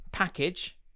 package